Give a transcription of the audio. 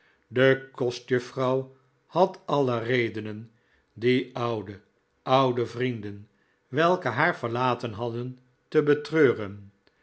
de kostjuffrouw had alle redenen die oude oude vrienden welke haar verlaten hadden te betreuren